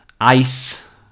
ice